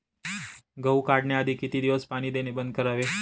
गहू काढण्याआधी किती दिवस पाणी देणे बंद करावे?